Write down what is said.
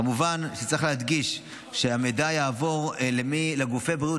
כמובן שצריך להדגיש שהמידע יעבור לגופי בריאות